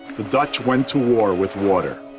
the dutch went to war with water.